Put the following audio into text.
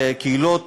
קהילות